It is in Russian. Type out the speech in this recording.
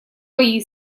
бои